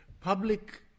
public